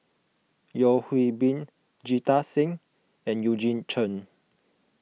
Yeo Hwee Bin Jita Singh and Eugene Chen